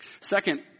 Second